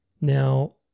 Now